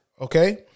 Okay